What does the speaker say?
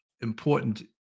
important